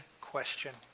question